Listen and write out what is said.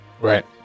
right